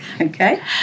okay